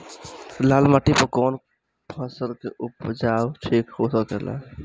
लाल माटी पर कौन फसल के उपजाव ठीक हो सकेला?